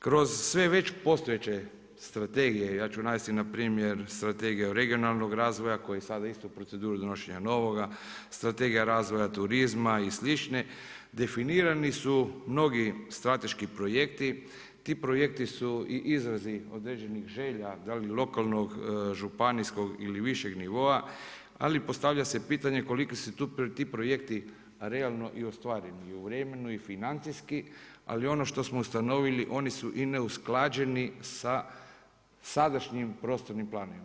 Kroz sve već postojeće strategije, ja ću navesti npr. Strategiju regionalnog razvoja koji je sada u proceduri donošenja novoga, Strategija razvoja turizma i slične definirani su mnogi strateški projekti, ti projekti su i izrazi određenih želja da li lokalnog, županijskog ili višeg nivoa, ali postavlja se pitanje koliko se ti projekti realno i ostvaruju u vremenu i financijski, ali ono što smo ustanovili oni su i neusklađeni sa sadašnjim prostornim planovima.